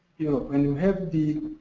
you know and you have the